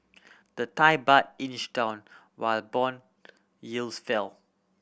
the Thai Baht inched down while bond yields fell